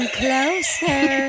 closer